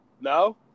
no